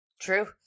True